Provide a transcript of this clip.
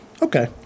Okay